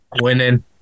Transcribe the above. winning